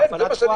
את הפעלת כוח,